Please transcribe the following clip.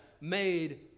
made